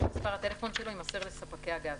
שמספר הטלפון שלו יימסר לספקי הגז.